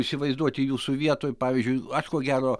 įsivaizduoti jūsų vietoj pavyzdžiui aš ko gero